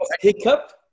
hiccup